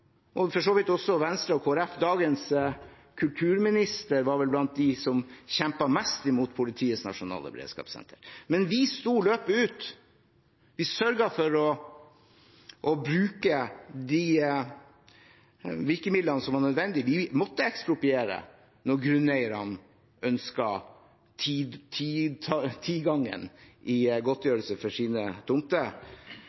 og for så vidt også Venstre og Kristelig Folkeparti. Dagens kulturminister var vel blant dem som kjempet mest imot Politiets nasjonale beredskapssenter. Men vi sto løpet ut, vi sørget for å bruke de virkemidlene som var nødvendige. Vi måtte ekspropriere når grunneierne